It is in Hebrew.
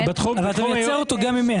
אתה יוצר אותו גם אם אין.